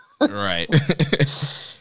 right